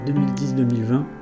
2010-2020